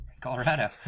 Colorado